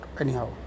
anyhow